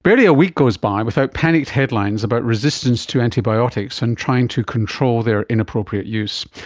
barely a week goes by without panicked headlines about resistance to antibiotics and trying to control their inappropriate use.